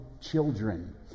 children